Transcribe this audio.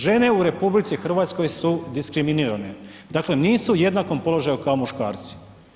Žene u RH su diskriminirane, dakle nisu u jednakom položaju kao muškarci.